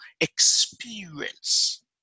experience